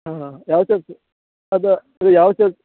ಹಾಂ ಯಾವ ಚರ್ಚ್ ಅದು ಅದು ಯಾವ ಚರ್ಚ್